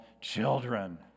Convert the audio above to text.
children